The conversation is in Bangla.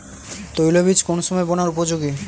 তৈল বীজ কোন সময় বোনার উপযোগী?